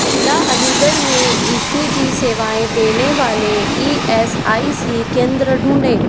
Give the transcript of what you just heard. ज़िला अलीगढ़ में E C G सेवायें देने वाले ई एस आई सी केंद्र ढूँढें